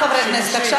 חברי הכנסת,